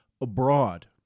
abroad